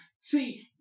See